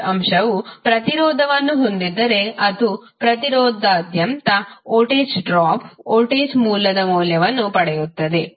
circuit ಅಂಶವು ಪ್ರತಿರೋಧವನ್ನು ಹೊಂದಿದ್ದರೆ ಅದು ಪ್ರತಿರೋಧದಾದ್ಯಂತ ವೋಲ್ಟೇಜ್ ಡ್ರಾಪ್ ವೋಲ್ಟೇಜ್ ಮೂಲದ ಮೌಲ್ಯವನ್ನು ಪಡೆಯುತ್ತದೆ